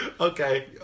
Okay